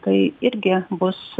tai irgi bus